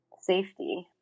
safety